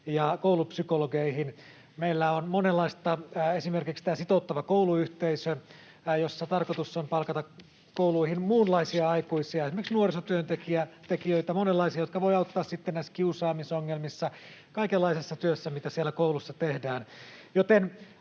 ja koulupsykologeihin. Meillä on monenlaista, esimerkiksi tämä sitouttava kouluyhteistyö, jossa tarkoitus on palkata kouluihin muunlaisia aikuisia, esimerkiksi nuorisotyöntekijöitä, monenlaisia, jotka voivat auttaa sitten näissä kiusaamisongelmissa, kaikenlaisessa työssä, mitä siellä koulussa tehdään,